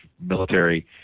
military